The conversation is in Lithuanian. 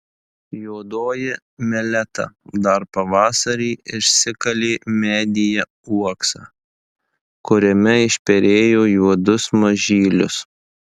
juodoji meleta dar pavasarį išsikalė medyje uoksą kuriame išperėjo juodus mažylius